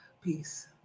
Peace